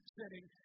sitting